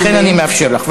ולכן אני מאפשר לך.